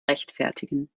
rechtfertigen